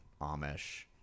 Amish